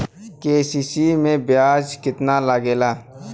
KCC में ब्याज कितना लागेला?